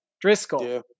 Driscoll